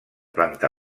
planta